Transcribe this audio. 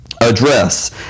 address